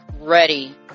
ready